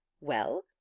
Well